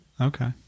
Okay